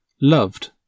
loved